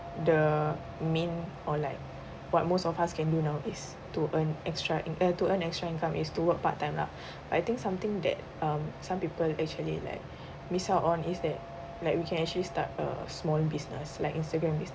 the main or like what most of us can do now is to earn extra in uh to earn extra income is to work part time lah I think something that um some people actually like miss out on is that like we can actually start a small business like instagram business